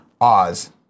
Oz